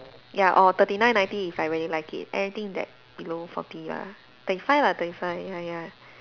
ya or thirty nine ninety if I really like it anything that below forty lah thirty five lah thirty five ya ya